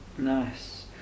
Nice